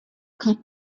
cut